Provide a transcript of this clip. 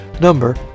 number